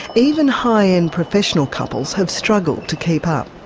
even high end professional couples have struggled to keep up,